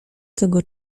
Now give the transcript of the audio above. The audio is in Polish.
tego